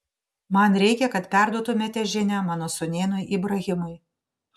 man reikia kad perduotumėte žinią mano sūnėnui ibrahimui